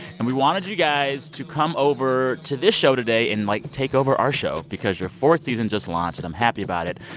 and we wanted you guys to come over to this show today and, like, take over our show because your fourth season just launched. i'm happy about it.